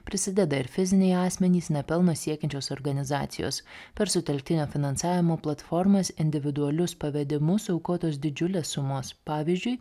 prisideda ir fiziniai asmenys nepelno siekiančios organizacijos per sutelktinio finansavimo platformas individualius pavedimu suaukotos didžiulės sumos pavyzdžiui